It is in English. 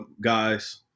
guys